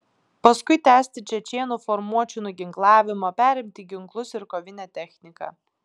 paskui tęsti čečėnų formuočių nuginklavimą perimti ginklus ir kovinę techniką